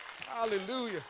Hallelujah